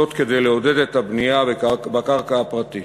כדי לעודד את הבנייה בקרקע הפרטית.